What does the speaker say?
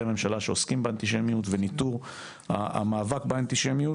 הממשלה שעוסקים באנטישמיות וניתור המאבק באנטישמיות,